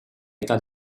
età